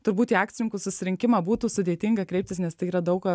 turbūt į akcininkų susirinkimą būtų sudėtinga kreiptis nes tai yra daug